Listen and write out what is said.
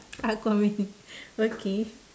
aqua man okay